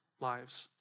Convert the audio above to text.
lives